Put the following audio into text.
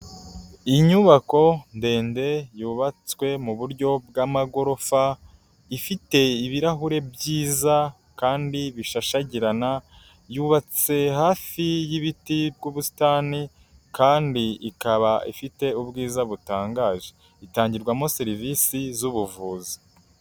Inyubako ndende yubatswe mu buryo bw'amagorofa ifite ibirahure byiza kandi bishashagirana, yubatse hafi y'ibiti by'ubusitani kandi ikaba ifite ubwiza butangaje, itangirwamo serivisi z'ubuvuzi.